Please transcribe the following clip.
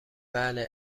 بله